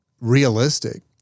realistic